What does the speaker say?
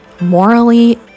morally